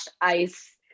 ice